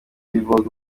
billboard